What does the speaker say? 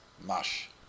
mush